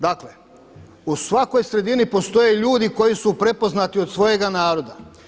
Dakle u svakoj sredini postoje ljudi koji su prepoznati od svojega naroda.